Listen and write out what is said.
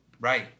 right